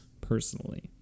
personally